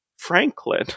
Franklin